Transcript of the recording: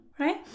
right